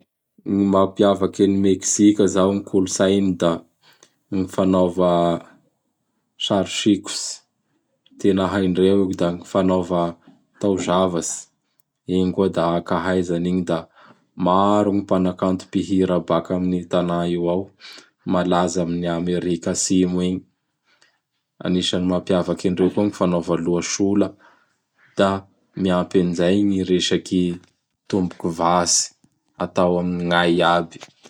Gn amindreo agny moa da tena maro gny raha haindreo say mapiavaky azy.